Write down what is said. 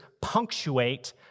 punctuate